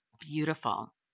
beautiful